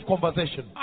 conversation